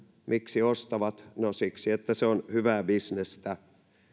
miksi ostavat no siksi että se on hyvää bisnestä